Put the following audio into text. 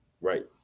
right